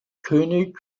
könig